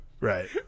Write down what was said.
Right